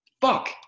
Fuck